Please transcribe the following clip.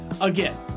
Again